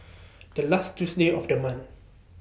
The last Tuesday of The month